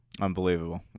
Unbelievable